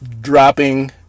dropping